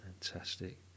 Fantastic